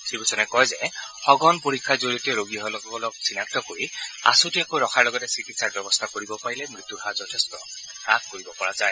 শ্ৰীভূষণে কয় যে সঘন পৰীক্ষাৰ জৰিয়তে ৰোগীসকলক চিনাক্ত কৰি আছতীয়াকৈ ৰখাৰ লগতে চিকিৎসাৰ ব্যৱস্থা কৰিব পাৰিলে মৃত্যুৰ হাৰ যথেষ্ট হ্ৰাস কৰিব পৰা যায়